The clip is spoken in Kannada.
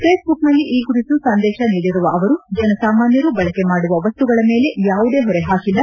ಪೇಸ್ಬುಕ್ನಲ್ಲಿ ಈ ಕುರಿತು ಸಂದೇಶ ನೀಡಿರುವ ಅವರು ಜನಸಾಮಾನ್ದರು ಬಳಕೆ ಮಾಡುವ ವಸ್ತುಗಳ ಮೇಲೆ ಯಾವುದೇ ಹೊರೆಹಾಕಿಲ್ಲ